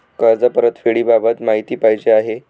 कर्ज परतफेडीबाबत माहिती पाहिजे आहे